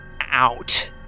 out